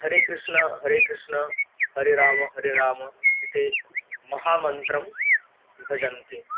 हरे कृष्ण हरे कृष्ण हरे राम हरे राम इति महामन्त्रं भजन्ति